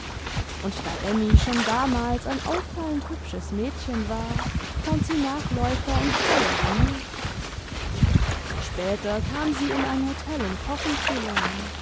und da emmy schon damals ein auffallend hübsches mädchen war fand sie nachläufer imd freier genug später kam sie in ein hotel um kochen zu lernen